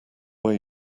where